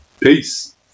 peace